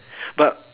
but